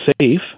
safe